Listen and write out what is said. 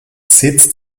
sitz